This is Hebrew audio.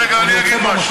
רגע, אני אגיד משהו.